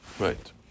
Right